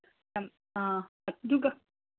ꯑꯥ ꯑꯗꯨꯒ